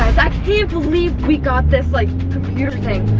i can't believe we got this like computer thing.